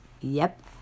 Yep